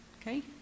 Okay